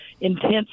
intense